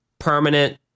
permanent